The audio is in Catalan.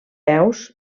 peus